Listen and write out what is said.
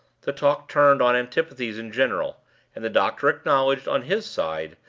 the talk turned on antipathies in general and the doctor acknowledged, on his side,